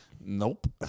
Nope